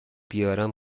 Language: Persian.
بیارم